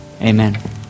Amen